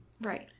Right